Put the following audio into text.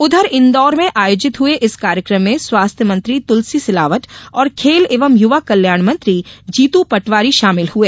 उधर इंदौर में आयोजित हुए इस कार्यक्रम में स्वास्थ्य मंत्री तुलसी सिलावट और खेल एवं युवा कल्याण मंत्री जीतू पटवारी ने शामिल हुए